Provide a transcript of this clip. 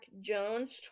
Jones